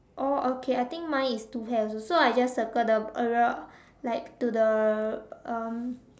oh okay I think mine is two pears so I just circle the area like to the um